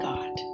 God